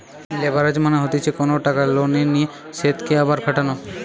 leverage মানে হতিছে কোনো টাকা লোনে নিয়ে সেতকে আবার খাটানো